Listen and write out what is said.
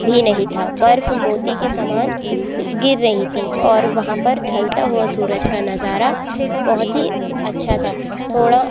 भी नहीं था बर्फ मोती के समान गिर रही थी और वहाँ पर ढलता हुआ सूरज का नजारा बहुत ही अच्छा था थोड़ा